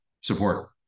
support